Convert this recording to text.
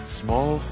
small